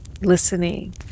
listening